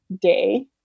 day